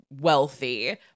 wealthy